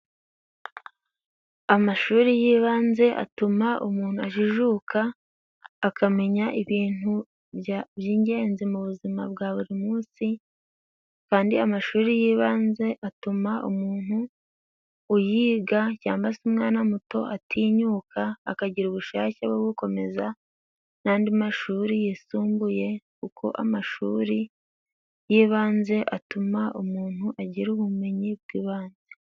Amashuri y'ibanze atuma umuntu ajijuka, akamenya ibintu bya by' ingenzi mu buzima bwa buri munsi. Kandi amashuri y'ibanze atuma umuntu uyiga cyangwa se umwana muto atinyuka, akagira ubushake bwo gukomeza n'andi mashuri yisumbuye, kuko amashuri y'ibanze atuma umuntu agira ubumenyi bw'ibanze.